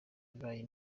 bibaye